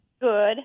Good